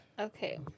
okay